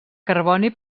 carboni